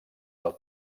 del